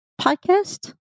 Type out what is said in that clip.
podcast